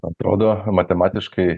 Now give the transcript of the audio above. atrodo matematiškai